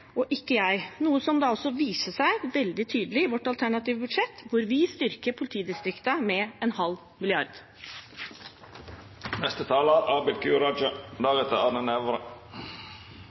og ikke jeg, noe som også viser seg veldig tydelig i vårt alternative budsjett, der vi styrker politidistriktene med